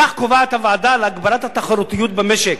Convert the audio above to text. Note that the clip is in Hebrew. כך קובעת הוועדה להגברת התחרותיות במשק,